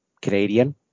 Canadian